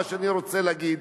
מה שאני רוצה להגיד,